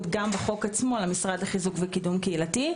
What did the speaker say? גם בחוק עצמו למשרד לחיזוק ולקידום חברתי,